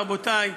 רבותי,